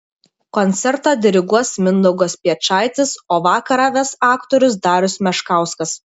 koncertą diriguos mindaugas piečaitis o vakarą ves aktorius darius meškauskas